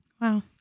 Wow